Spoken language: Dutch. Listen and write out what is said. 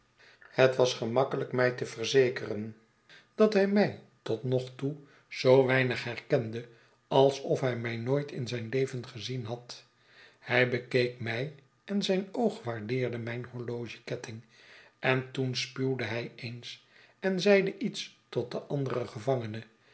het was gemakkelijk mij te verzekeren dat hij mij tot nog toe zoo weinig herkende alsof hij mij nooit in zijn leven gezien had hij bekeek mij en zijn oog waardeerde m'tjn horlogeketting en toen spuwde hij eens en zeide iets tot den anderen gevangene